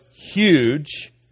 huge